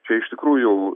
čia iš tikrųjų